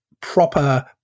proper